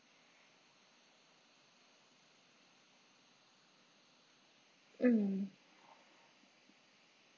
um